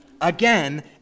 again